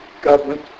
government